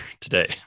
today